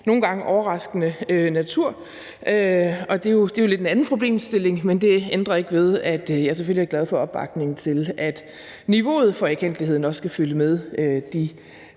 nogle gange overraskende natur. Det er jo lidt en anden problemstilling, men det ændrer ikke ved, at jeg selvfølgelig er glad for opbakningen til, at niveauet for erkendtligheden også skal følge med de